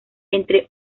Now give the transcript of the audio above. entre